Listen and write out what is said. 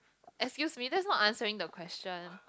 excuse me that's not answering the question